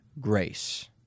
grace